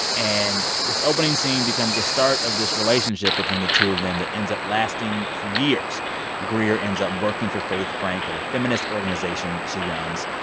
and this opening scene becomes a start of this relationship between the two of them that ends up lasting for years greer ends up working for faith frank at a feminist organization she runs.